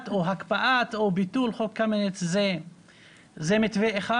הקפאת או ביטול חוק קמיניץ זה מתווה אחד,